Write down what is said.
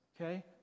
Okay